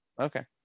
Okay